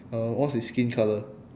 uh what's his skin colour